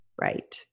Right